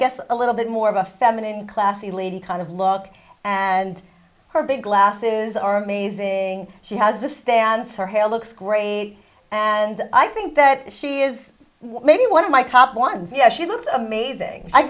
guess a little bit more of a feminine classy lady kind of log and her big glasses are amazing she has the stance her hair looks great and i think that she is maybe one of my top ones yet she looked amazing i